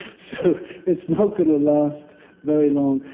so it's not going to last very long.